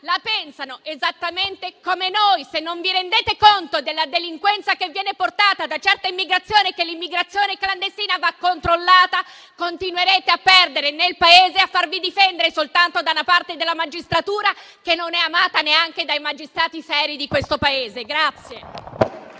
la pensano esattamente come noi. Se non vi rendete conto della delinquenza che viene portata da certa immigrazione e che l'immigrazione clandestina va controllata, continuerete a perdere nel Paese e a farvi difendere soltanto da una parte della magistratura, che non è amata neanche dai magistrati seri di questo Paese.